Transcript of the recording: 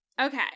Okay